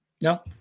No